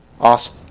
Awesome